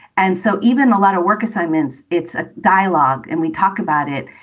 and so even a lot of work assignments, it's a dialogue and we talk about it.